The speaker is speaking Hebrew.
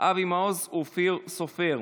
אבי מעוז ואופיר סופר.